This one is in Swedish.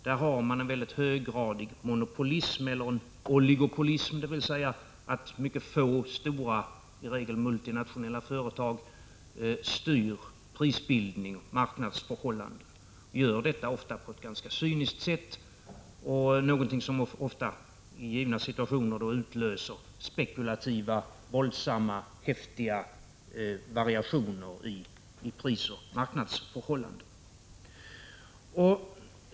Där har man en höggradig monopolism eller oligopolism, dvs. mycket få stora, i regel multinationella, företag styr prisbildning och marknadsförhållanden, och ofta på ett ganska cyniskt sätt, vilket i givna situationer utlöser spekulativa, våldsamma och häftiga variationer i prisoch marknadsförhållandena.